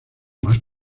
más